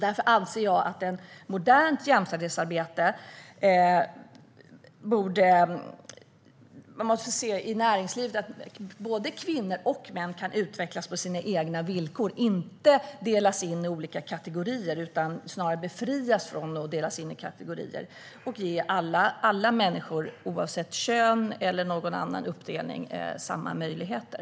Därför anser jag att när det gäller modernt jämställdhetsarbete måste man se i näringslivet att både kvinnor och män kan utvecklas på sina egna villkor. De ska inte delas in i olika kategorier utan snarare befrias från att delas in i kategorier, och alla människor oavsett kön eller någon annan uppdelning ska ges samma möjligheter.